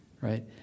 right